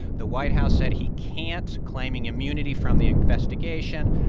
the white house said he can't, claiming immunity from the investigation.